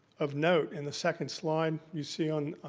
of note in the second slide, you see on